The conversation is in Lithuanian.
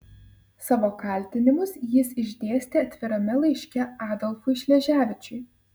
savo kaltinimus jis išdėstė atvirame laiške adolfui šleževičiui